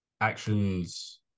actions